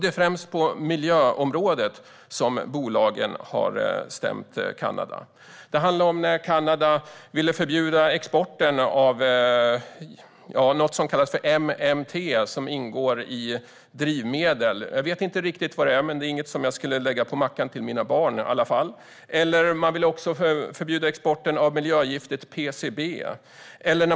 Det är främst på miljöområdet som bolag har stämt Kanada. Landet ville förbjuda export av något som kallas MMT, som ingår i drivmedel. Jag vet inte riktigt vad det är, men det är i alla fall inget som jag skulle lägga på mackan till mina barn. Man ville förbjuda export av miljögiftet PCB.